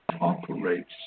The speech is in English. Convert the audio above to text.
operates